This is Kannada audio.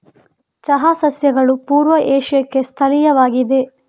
ಚಹಾ ಸಸ್ಯಗಳು ಪೂರ್ವ ಏಷ್ಯಾಕ್ಕೆ ಸ್ಥಳೀಯವಾಗಿವೆ